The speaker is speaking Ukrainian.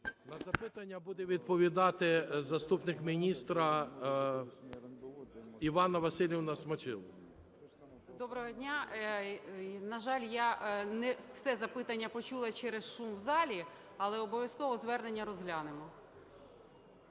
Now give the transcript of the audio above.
На запитання буде відповідати заступник міністра Іванна Василівна Смачило. 10:30:21 СМАЧИЛО І.В. Доброго дня! На жаль, я не все запитання почула через шум в залі, але обов'язково звернення розглянемо.